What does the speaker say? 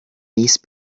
niece